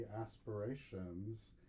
aspirations